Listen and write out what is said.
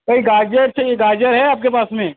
کوئی گاجر چاہیے گاجر ہے آپ کے پاس میں